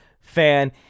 fan